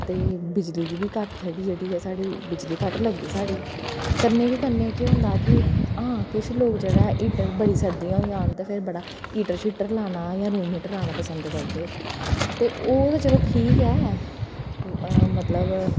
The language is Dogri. ते बिजली दी बी घट्ट साढ़ी जेह्ड़ी ऐ साढ़ी बिजली घट्ट लगदी साढ़ी कन्नै गै कन्नै केह् होंदा कि हा किश लोक जेह्ड़ा हीटर बड़ी सर्दियां होई जान तां फिर बड़ा हीटर शीटर लाना जां रूम हीटर लाना पसंद करदे ते ओह् ते चलो ठीक ऐ मतलब